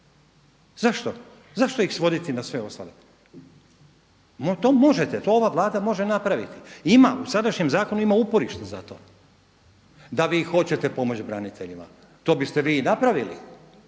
Zašto ih svoditi na sve ostale? To možete, to ova Vlada može napraviti. Ima, u sadašnjem zakonu ima uporište za to. Da vi hoćete pomoći braniteljima to biste vi i napravili.